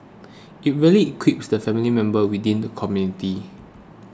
it really equips the family members within the community